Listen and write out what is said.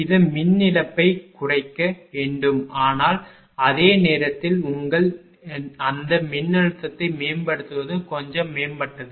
இது மின் இழப்பை குறைக்க வேண்டும் ஆனால் அதே நேரத்தில் உங்கள் நீங்கள் அந்த மின்னழுத்தத்தை மேம்படுத்துவது கொஞ்சம் மேம்பட்டது